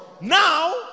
Now